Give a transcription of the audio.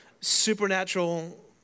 supernatural